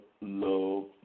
love